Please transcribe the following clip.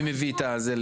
מי מביא את זה לדיון?